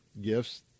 gifts